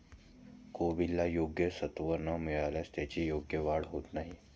कोबीला योग्य सत्व न मिळाल्यास त्याची योग्य वाढ होत नाही